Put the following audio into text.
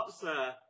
sir